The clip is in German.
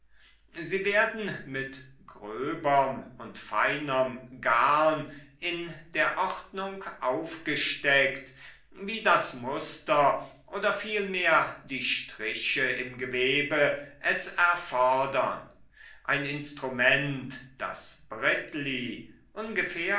sie werden mit gröberm und feinerm garn in der ordnung aufgesteckt wie das muster oder vielmehr die striche im gewebe es erfordern ein instrument das brittli ungefähr